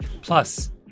Plus